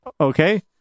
Okay